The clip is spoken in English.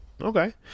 Okay